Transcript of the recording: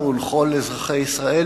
לנו ולכל אזרחי ישראל,